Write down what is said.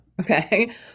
Okay